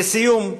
לסיום,